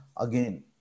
again